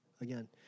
again